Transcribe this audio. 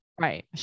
Right